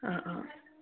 অঁ অঁ